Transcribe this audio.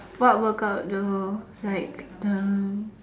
what workout though like um